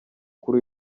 kuri